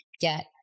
get